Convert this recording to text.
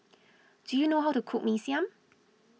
do you know how to cook Mee Siam